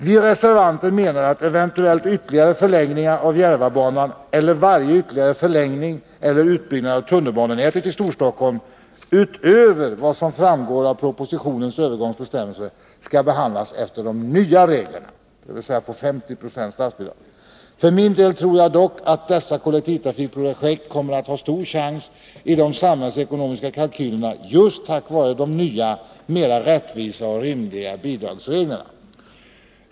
Vi reservanter menar att en eventuell ytterligare förlängning av Järvabanan eller varje ytterligare förlängning eller utbyggnad av tunnelbanenätet i Storstockholm utöver vad som framgår av propositionens övergångsbestämmelser skall behandlas efter de nya reglerna, dvs. få 50 96 statsbidrag. För min del tror jag dock att dessa kollektivtrafikprojekt kommer att ha sto chans i de samhällsekonomiska kalkylerna, just tack vare de nya, mer: rättvisa och rimliga bidragsreglerna.